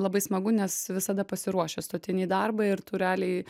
labai smagu nes visada pasiruošęs tu ateini į darbą ir tu realiai